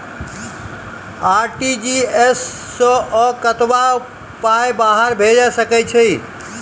RTGS सअ कतबा पाय बाहर भेज सकैत छी?